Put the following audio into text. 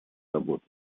работу